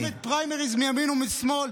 המקיימת פריימריז, מימין ומשמאל.